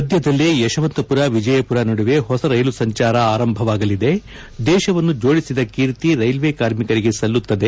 ಸದ್ಯದಲ್ಲೇ ಯಶವಂತಪುರ ವಿಜಯಪುರ ನಡುವೆ ಹೊಸ ರೈಲು ಸರ್ಕಾರ ಆರಂಭವಾಗಲಿದೆ ದೇಶವನ್ನು ಜೋಡಿಸಿದ ಕೀರ್ತಿ ರೈಲ್ವೆ ಕಾರ್ಮಿಕರಿಗೆ ಸಲ್ಲುತ್ತದೆ